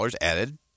added